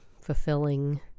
fulfilling